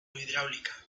hidráulica